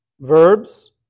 verbs